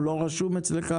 הוא לא רשום אצלך?